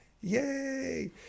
Yay